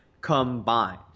combined